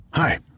Hi